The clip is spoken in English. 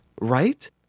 Right